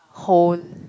whole